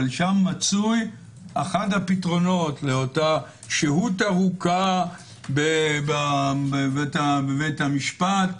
שם מצוי אחד הפתרונות לאותה שהות ארוכה בבית המשפט.